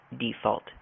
default